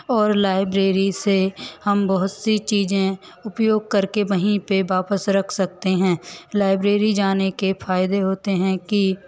और लाइब्रेरी से हम बहुत सी चीज़ें उपयोग करके वहीं पे वापस रख सकते हैं लाइब्रेरी जाने के फायदे होते हैं कि